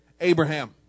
Abraham